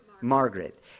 Margaret